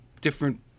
different